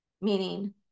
meaning